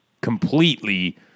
completely